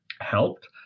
helped